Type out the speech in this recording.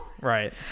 Right